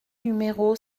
numéro